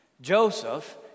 Joseph